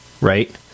right